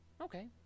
Okay